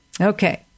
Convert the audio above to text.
Okay